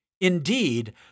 Indeed